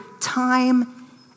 time